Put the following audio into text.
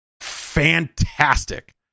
fantastic